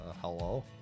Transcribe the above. hello